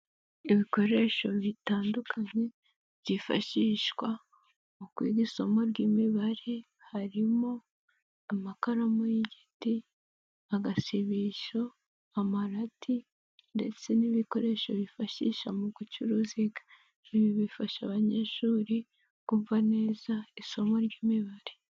Ibikoresho bitandukanye byifashishwa mu kwiga isomo ry'imibare, harimo amakaramu y'igiti, agasisho, amarati, ndetse n'ibikoresho bifashisha mu guca uruziga, bifasha abanyeshuri kumva neza isomo ry'imibare.